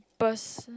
burst